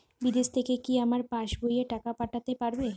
বিদেশ থেকে কি আমার পাশবইয়ে টাকা পাঠাতে পারবে?